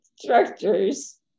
structures